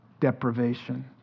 deprivation